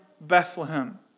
Bethlehem